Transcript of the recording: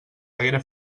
haguera